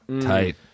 Tight